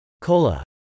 COLA